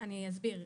אני אסביר.